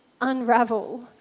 unravel